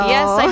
Yes